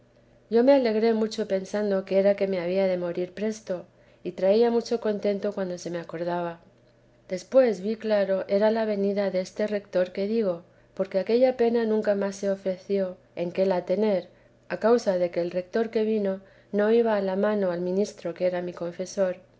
yo me alegré mucho pensando que era que me había de morir presto y traía mucho contento cuando se me acordaba después vi claro era la venida deste retor que digo porque aquella pena nunca más se ofreció en qué la tener a causa de que el retor que vino no iba a la mano al ministro que era mi confesor